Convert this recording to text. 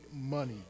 money